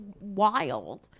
wild